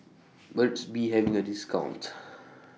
Burt's Bee IS having A discount